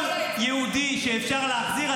כל יהודי שאפשר להחזיר,